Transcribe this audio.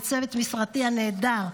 ולצוות משרדי הנהדר,